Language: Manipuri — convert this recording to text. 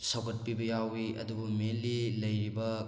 ꯁꯧꯒꯠꯄꯤꯕ ꯌꯥꯎꯏ ꯑꯗꯨꯕꯨ ꯃꯦꯟꯂꯤ ꯂꯩꯔꯤꯕ